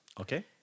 Okay